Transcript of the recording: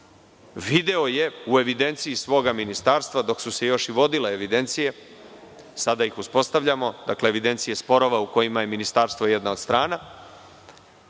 video je u evidenciji svoga ministarstva dok su se još i vodile evidencije, sada ih uspostavljamo, dakle evidencije sporova u kojima je ministarstvo jedna od strana,